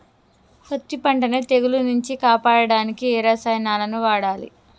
పత్తి పంటని తెగుల నుంచి కాపాడడానికి ఏ రసాయనాలను వాడాలి?